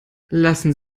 lassen